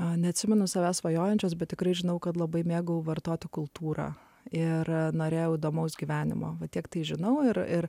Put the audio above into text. neatsimenu savęs svajojančios bet tikrai žinau kad labai mėgau vartotų kultūrą ir norėjau įdomaus gyvenimo va tiktai žinau ir ir